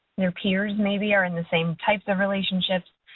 their peers, maybe, are in the same types of relationships.